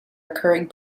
recurring